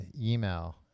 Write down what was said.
email